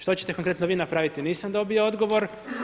Što ćete konkretno vi napraviti, nisam dobio odgovor.